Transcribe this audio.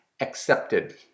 accepted